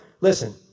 listen